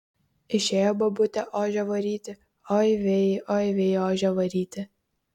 išėjo bobutė ožio varyti oi vei oi vei ožio varyti